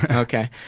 and okay,